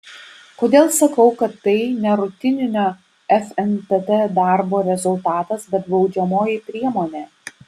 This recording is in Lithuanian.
kodėl sakau kad tai ne rutininio fntt darbo rezultatas bet baudžiamoji priemonė